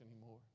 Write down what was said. anymore